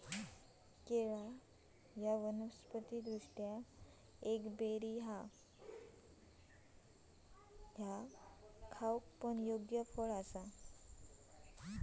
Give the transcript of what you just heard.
केळा खाऊक योग्य फळ हा वनस्पति दृष्ट्या ता एक बेरी हा